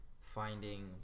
finding